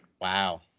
Wow